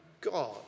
god